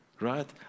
Right